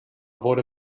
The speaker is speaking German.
wurde